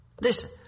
Listen